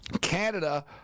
Canada